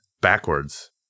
backwards